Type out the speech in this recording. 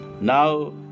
Now